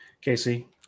Casey